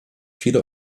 viele